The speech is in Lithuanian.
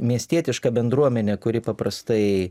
miestietiška bendruomenė kuri paprastai